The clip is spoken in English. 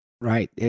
Right